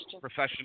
professional